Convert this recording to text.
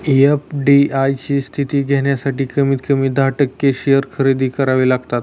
FDI ची स्थिती घेण्यासाठी कमीत कमी दहा टक्के शेअर खरेदी करावे लागतात